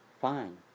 fine